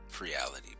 Reality